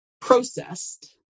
processed